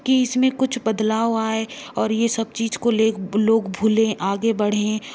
कि इसमें कुछ बदलाव आए और ये सब चीज को लोग भूलें आगे बढ़ें